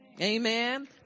amen